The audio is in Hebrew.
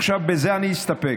עכשיו, בזה אני אסתפק,